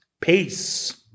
Peace